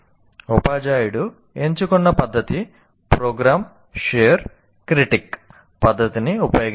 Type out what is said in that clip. ఉపాధ్యాయుడు ఎంచుకున్న పద్ధతి ప్రోగ్రామ్ షేర్ క్రిటిక్ పద్ధతిని ఉపయోగించడం